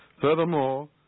Furthermore